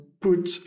Put